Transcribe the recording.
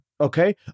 Okay